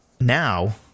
now